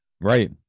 right